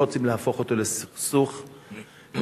לא רוצים להפוך אותו לסכסוך דתי.